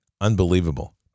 Unbelievable